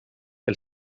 pel